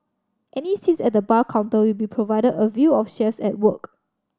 any seats at the bar counter will be provided a view of chefs at work